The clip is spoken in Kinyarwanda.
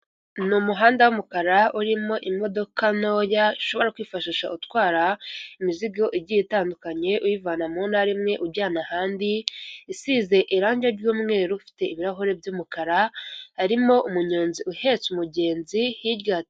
Ni umuhanda w'umukara urimo imodoka ntoya ushobora kwifashisha utwara imizigo igiye itandukanye, uyivana mu ntara imwe ujyana ahandi, isize irangi ry'umweru ufite ibirahuri by'umukara arimo umunyonzi uhetse umugenzi hirya.